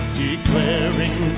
declaring